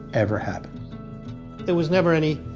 ever happened there was never any,